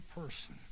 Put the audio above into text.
person